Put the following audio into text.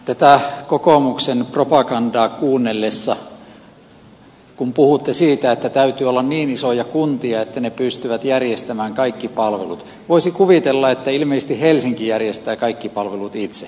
tätä kokoomuksen propagandaa kuunnellessa kun puhutte siitä että täytyy olla niin isoja kuntia että ne pystyvät järjestämään kaikki palvelut voisi kuvitella että ilmeisesti helsinki järjestää kaikki palvelut itse